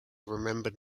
remembered